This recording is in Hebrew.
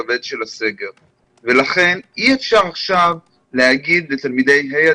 אני רוצה להגיד לך גברתי היושבת-ראש,